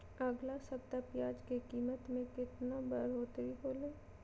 अगला सप्ताह प्याज के कीमत में कितना बढ़ोतरी होलाय?